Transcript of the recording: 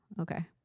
Okay